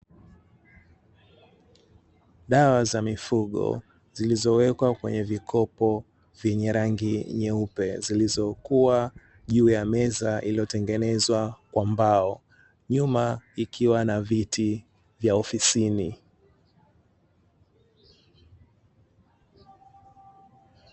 Dawa za mifugo zilizowekwa kwenye vikopo vyenye rangi nyeupe, vilivyokuwa juu ya meza iliyotengenezwa kwa mbao, nyuma ikiwa na viti vya ofisini.